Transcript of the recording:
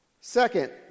Second